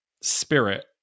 spirit